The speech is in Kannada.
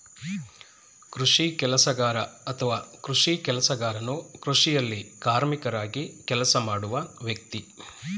ಕೃಷಿ ಕೆಲಸಗಾರ ಅಥವಾ ಕೃಷಿ ಕೆಲಸಗಾರನು ಕೃಷಿಯಲ್ಲಿ ಕಾರ್ಮಿಕರಾಗಿ ಕೆಲಸ ಮಾಡುವ ವ್ಯಕ್ತಿ